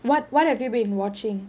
wha~ what have you been watching